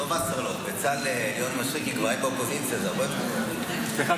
לא וסרלאוף --- היה באופוזיציה --- זה הרבה יותר --- סליחה,